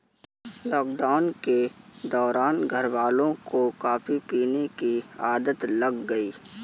lockdown के दौरान घरवालों को कॉफी पीने की आदत लग गई